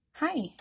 Hi